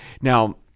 Now